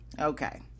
Okay